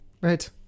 Right